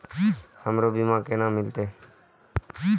हमरो बीमा केना मिलते?